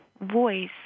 voice